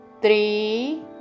three